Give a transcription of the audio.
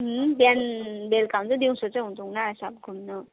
बिहान बेलुका हुन्छौँ दिउँसो चाहिँ हुँदैनौँ यसो अब घुम्नु